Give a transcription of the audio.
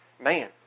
man